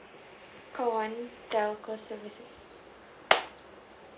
call one telco services